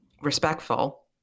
respectful